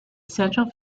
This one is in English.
central